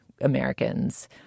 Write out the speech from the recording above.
Americans